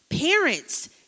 parents